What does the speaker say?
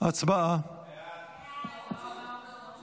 ההצעה להעביר את הצעת